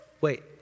Wait